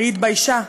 היא התביישה.